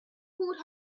pulled